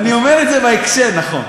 נכון,